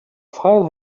file